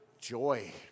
joy